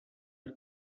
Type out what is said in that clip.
are